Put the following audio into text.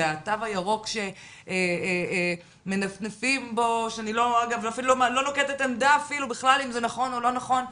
והתו הירוק שמנפנפים בו ואני לא נוקטת עמדה אם זה נכון או לא נכון,